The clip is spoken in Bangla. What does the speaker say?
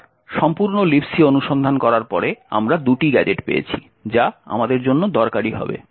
আবার সম্পূর্ণ Libc অনুসন্ধান করার পরে আমরা দুটি গ্যাজেট পেয়েছি যা আমাদের জন্য দরকারী হবে